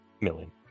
million